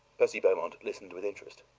percy beaumont listened with interest.